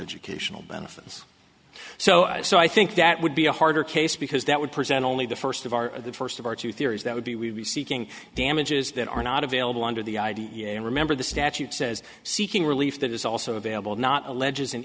educational benefits so so i think that would be a harder case because that would present only the first of our the first of our two theories that would be would be seeking damages that are not available under the id and remember the statute says seeking relief that is also available not alleges an